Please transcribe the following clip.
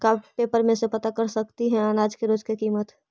का पेपर में से पता कर सकती है अनाज के रोज के किमत?